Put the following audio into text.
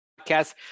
podcast